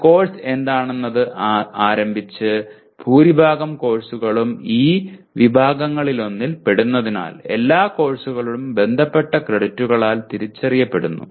ഒരു കോഴ്സ് എന്താണെന്ന് ആരംഭിച്ച് ഭൂരിഭാഗം കോഴ്സുകളും ഈ വിഭാഗങ്ങളിലൊന്നിൽ പെടുന്നതിനാൽ എല്ലാ കോഴ്സുകളും ബന്ധപ്പെട്ട ക്രെഡിറ്റുകളാൽ തിരിച്ചറിയപ്പെടുന്നു